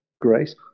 grace